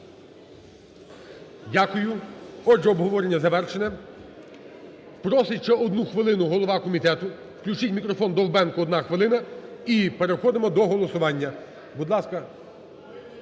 Дякую. Отже, обговорення завершено. Просить ще одну хвилину голова комітету. Включіть мікрофон Довбенку, одна хвилина. І переходимо до голосування. Будь ласка.